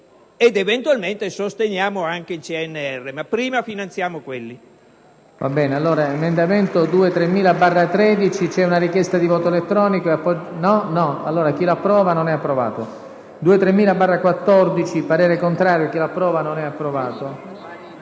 ed eventualmente sosteniamo anche il CNR. Ma prima finanziamo quelli.